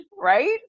right